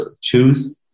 choose